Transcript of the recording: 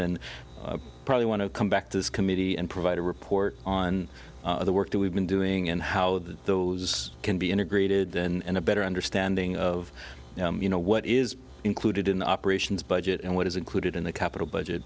then probably want to come back to this committee and provide a report on the work that we've been doing and how those can be integrated and a better understanding of you know what is included in the operations budget and what is included in the capital budget